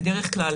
בדרך כלל